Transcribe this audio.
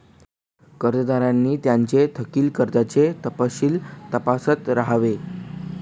कर्जदारांनी त्यांचे थकित कर्जाचे तपशील तपासत राहावे